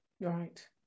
right